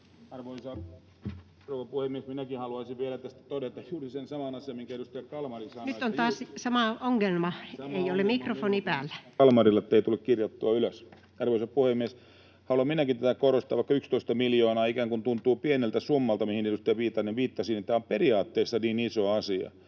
rouva puhemies! Minäkin haluaisin vielä tästä todeta juuri sen saman asian, minkä edustaja Kalmari sanoi... [Puhuja aloittaa puheenvuoron mikrofonin ollessa suljettuna] ...sama ongelma kuin Kalmarilla, ettei tule kirjattua ylös. Arvoisa puhemies! Haluan minäkin tätä korostaa: vaikka 11 miljoonaa ikään kuin tuntuu pieneltä summalta, mihin edustaja Viitanen viittasi, niin tämä on periaatteessa iso asia,